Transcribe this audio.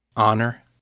honor